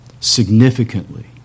significantly